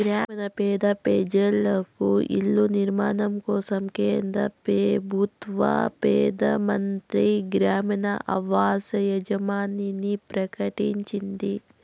గ్రామీణ పేద పెజలకు ఇల్ల నిర్మాణం కోసరం కేంద్ర పెబుత్వ పెదానమంత్రి గ్రామీణ ఆవాస్ యోజనని ప్రకటించింది